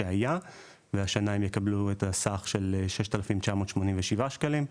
השנה הם יקבלו 6987 שקלים.